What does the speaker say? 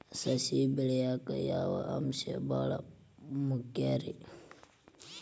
ಸಸಿ ಬೆಳೆಯಾಕ್ ಯಾವ ಅಂಶ ಭಾಳ ಮುಖ್ಯ ರೇ?